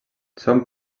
són